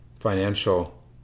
financial